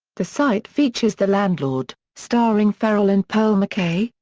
the site features the landlord, starring ferrell and pearl mckay,